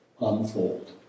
unfold